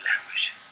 language